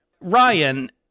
Ryan